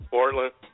Portland